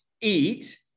eat